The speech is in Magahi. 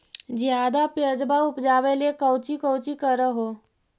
ज्यादा प्यजबा उपजाबे ले कौची कौची कर हो?